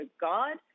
God